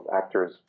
actors